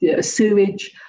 sewage